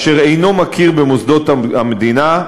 אשר אינו מכיר במוסדות המדינה,